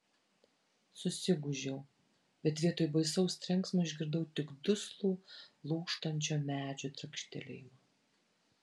susigūžiau bet vietoj baisaus trenksmo išgirdau tik duslų lūžtančio medžio trakštelėjimą